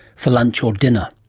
for lunch or dinner?